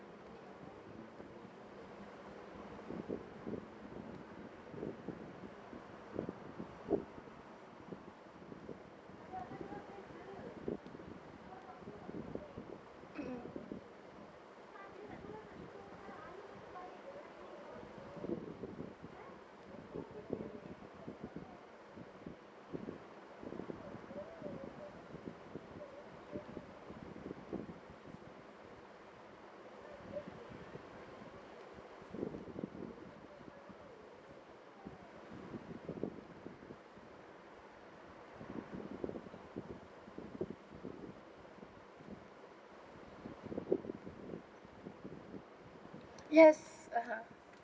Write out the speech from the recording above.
yes (uh huh)